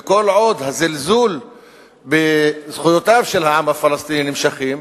וכל עוד הזלזול בזכויותיו של העם הפלסטיני נמשך,